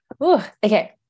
Okay